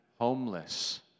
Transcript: homeless